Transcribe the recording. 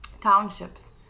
townships